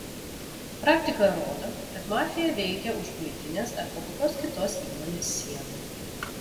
praktika rodo kad mafija veikia už buitinės arba kokios kitos įmonės sienų